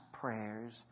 prayers